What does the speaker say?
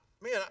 man